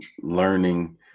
learning